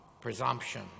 presumption